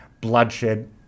bloodshed